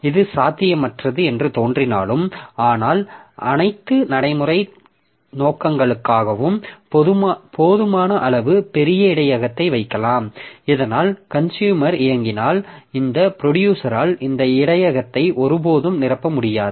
இது சாத்தியமற்றது என்று தோன்றினாலும் ஆனால் அனைத்து நடைமுறை நோக்கங்களுக்காகவும் போதுமான அளவு பெரிய இடையகத்தை வைக்கலாம் இதனால் கன்சுயூமர் இயங்கினால் இந்த ப்ரொடியூசரால் இந்த இடையகத்தை ஒருபோதும் நிரப்ப முடியாது